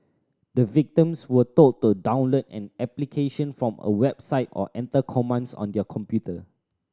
the victims were told to download an application from a website or enter commands on their computer